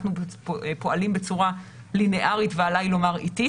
אנחנו פועלים בצורה ליניארית ועליי לומר איטית.